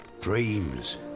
Dreams